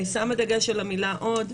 אני שמה דגש על המילה "עוד"